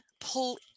pull